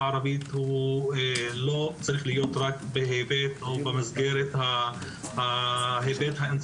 הערבית לא צריך להיות רק במסגרת ההיבט של